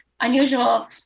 unusual